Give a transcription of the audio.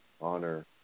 honor